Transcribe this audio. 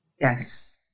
Yes